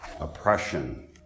oppression